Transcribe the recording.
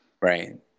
Right